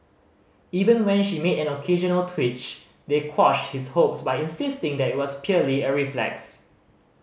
even when she made an occasional twitch they quashed his hopes by insisting that it was purely a reflex